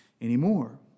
anymore